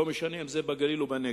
לא משנה אם זה בגליל או בנגב,